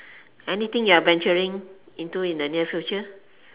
anything you're venturing into in the near future